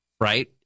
right